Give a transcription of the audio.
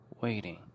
Waiting